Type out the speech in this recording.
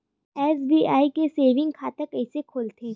SBI के saving खाता कइसे खोलथे?